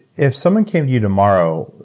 if someone came to you tomorrow,